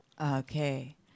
Okay